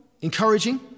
encouraging